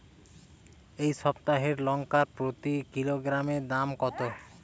এই সপ্তাহের লঙ্কার প্রতি কিলোগ্রামে দাম কত?